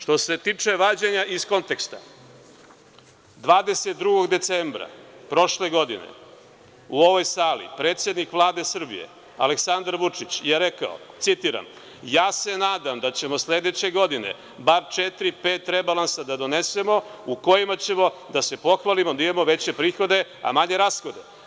Što se tiče vađenja iz konteksta, 22. decembra prošle godine, u ovoj sali predsednik Vlade Srbije, Aleksandar Vučić je rekao, citiram: „Ja se nadam da ćemo sledeće godine, bar četiri-pet rebalansa da donesemo, u kojima ćemo da se pohvalimo da imamo veće prihode, a manje rashode“